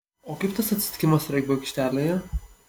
o kaip tas atsitikimas regbio aikštelėje